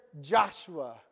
Joshua